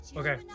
okay